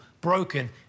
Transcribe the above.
broken